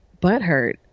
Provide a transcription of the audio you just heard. butthurt